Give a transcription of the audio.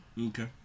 Okay